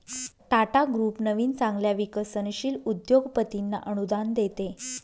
Tata group नवीन चांगल्या विकसनशील उद्योगपतींना अनुदान देते